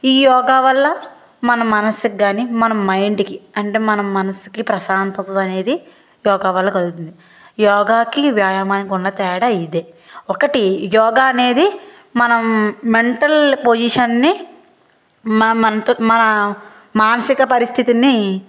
ఈ యోగా వల్ల మన మనసుకి కానీ మన మైండ్కి అంటే మనం మనసుకి ప్రశాంతత అనేది యోగా వల్ల కలుగుతుంది యోగాకి వ్యాయామానికి ఉన్న తేడా ఇదే ఒకటి యోగా అనేది మనం మెంటల్ పొజిషన్ని మనతో మన మానసిక పరిస్థితిని